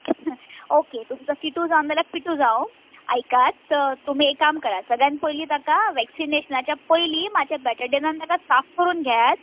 okay तुमचो किटू जाम नाल्या पिटू जावं आयकात तुमी एक काम करात सगळ्यान पयली ताका वॅक्सिनेशनाच्या पयली मात्शें बॅटाडिनान ताका साफ करून घेयात